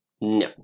No